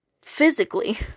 physically